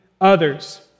others